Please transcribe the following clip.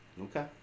Okay